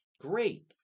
Great